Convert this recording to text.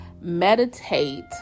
meditate